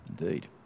Indeed